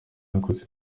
yakoze